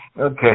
Okay